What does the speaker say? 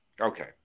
Okay